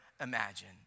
imagine